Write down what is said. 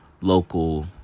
local